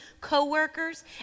co-workers